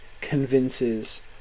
convinces